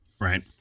Right